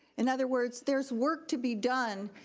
in other words, there's work to be done,